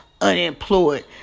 unemployed